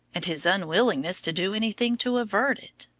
and his unwillingness to do any thing to avert it.